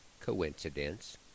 coincidence